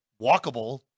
walkable